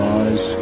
eyes